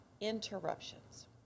interruptions